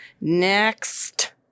Next